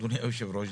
אדוני היושב-ראש,